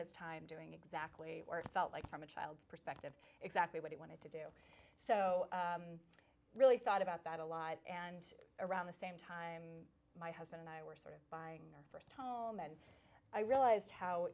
his time doing exactly where it felt like from a child's perspective exactly what he wanted to be so i really thought about that a lot and around the same time my husband and i were sort of buying our st home and i realized how